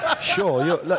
Sure